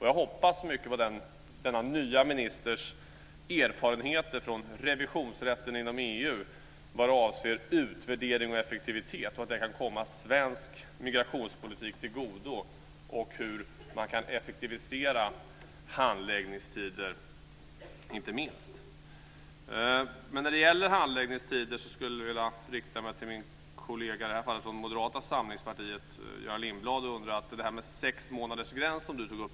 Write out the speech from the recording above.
Jag hoppas mycket på denna nya ministers erfarenheter från revisionsrätten inom EU vad avser utvärdering och effektivitet och att det kan komma svensk migrationspolitik till godo så att man kan effektivisera inte minst handläggningstiderna. När det gäller handläggningstider skulle jag också vilja rikta mig till min kollega från Moderata samlingspartiet, Göran Lindblad. Jag är lite tveksam till den sexmånadersgräns som du tog upp.